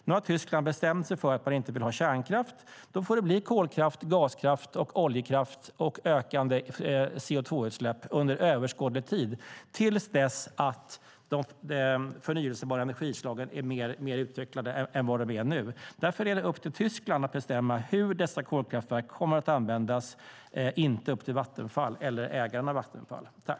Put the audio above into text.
Nu har Tyskland bestämt sig för att man inte vill ha kärnkraft, och då får det bli kolkraft, gaskraft, oljekraft och ökande CO2-utsläpp under överskådlig tid - till dess att de förnybara energislagen är mer utvecklade än de är nu. Därför är det upp till Tyskland och inte Vattenfall eller ägarna av Vattenfall att bestämma hur dessa kolkraftverk kommer att användas.